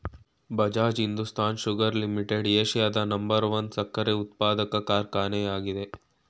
Bajaj Hindustan sugar limited ಏಷ್ಯಾದ number one ಸಕ್ಕರೆ ಉತ್ಪಾದಕ ಕಾರ್ಖಾನೆ ಆಗಿದೆ